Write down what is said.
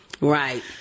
Right